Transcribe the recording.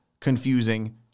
confusing